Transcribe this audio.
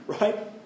Right